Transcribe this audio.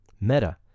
meta